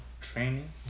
training